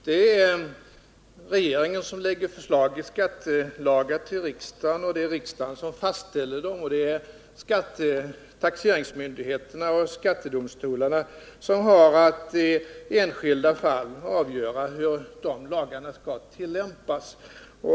Det är regeringen som lägger fram förslag till skattelagar för riksdagen, det är riksdagen som fastställer dem, och det är taxeringsmyndigheterna och skattedomstolarna som har att i enskilda fall avgöra hur lagarna skall tillämpas.